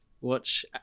watch